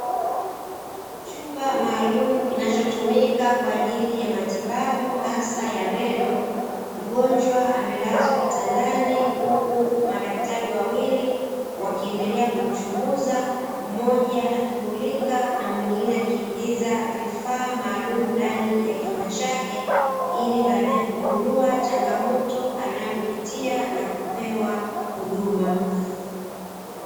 Chumba maalumu kinachotumika wa ajili ya matibabu hasa ya meno, mgonjwa amelazwa kitandani huku madaktari wawili wakiendelea kumchunguza, mmoja akimulika na mwingine akiingiza vifaa maalumu ndani ya kinywa chake ili baadae kugundua changamoto anayopitia na kupewa huduma.